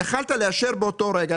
יכולת לאשר באותו רגע,